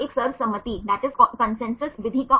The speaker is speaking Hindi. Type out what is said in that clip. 20 साइड चेन सही